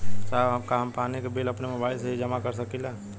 साहब का हम पानी के बिल अपने मोबाइल से ही जमा कर सकेला?